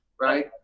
right